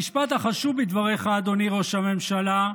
המשפט החשוב בדבריך, אדוני ראש הממשלה,